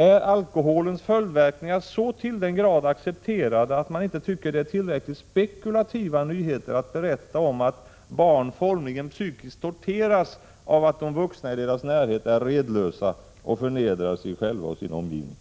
Är alkoholens följdverkningar så till den grad accepterade, att man inte tycker det är tillräckligt spekulativa nyheter att berätta om att barn formligen psykiskt torteras av att de vuxna i deras närhet är redlösa och förnedrar sig själva och sin omgivning?